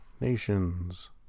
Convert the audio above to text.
Nations